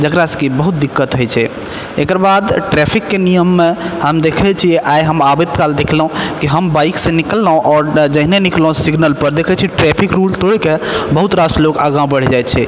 जेकरा से कि बहुत दिक्कत होइ छै एकरबाद ट्रैफिकके नियममे हम देखै छियै आइ हम आबैत काल देखलहुॅं कि हम बाइक से निकललहुॅं आओर जहने निकललहुॅं सिगनल पर देखै छियै ट्रैफिक रूल्स तोरिके बहुत रास लोग आगाँ बढ़ि जाइ छै